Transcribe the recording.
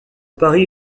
paris